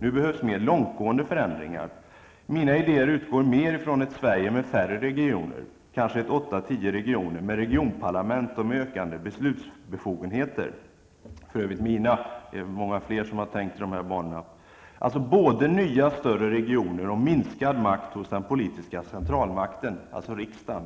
Nu behövs mer långtgående förändringar. Mina idéer utgår mer från ett Sverige med färre regioner, kanske 8--10, med regionparlament och med ökade beslutsbefogenheter. Det är för övrigt många fler än jag som har tänkt i dessa banor. Det gäller både nya, större regioner och minskad makt hos den politiska centralmakten, alltså riksdagen,